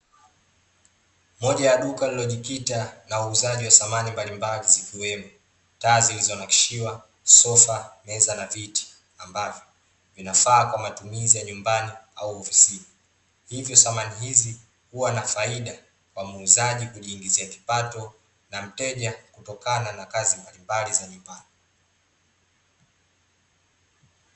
Moja ya duka lililojikita na uuzaji wa samani mbalimbali zikiwemo: taa zilizo nakshiwa, sofa, meza na viti ambavyo, vinafaa kwa matumizi ya nyumbani au ofisini. Hivyo samani hizi huwa na faidia kwa muuzaji kujiingizia kipato na mteja kutokana na kazi mbalimbali za nyumbani.